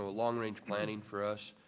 ah long range planning for us,